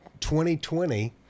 2020